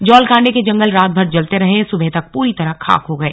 जौलकांडे के जंगल रातभर जलते रहे और सुबह तक पूरी तरह खाक हो गए